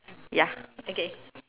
ya okay